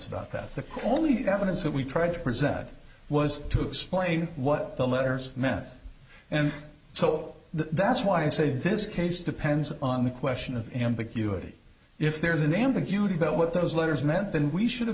about that the call the evidence that we tried to present was to explain what the letters meant and so that's why i say this case depends on the question of ambiguity if there's an ambiguity about what those letters meant then we should have